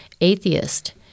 atheist